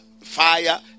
fire